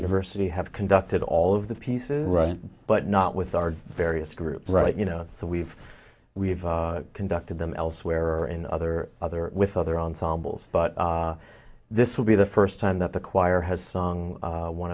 university have conducted all of the pieces right but not with our various groups right you know so we've we've conducted them elsewhere or in other other with other ensembles but this will be the first time that the choir has sung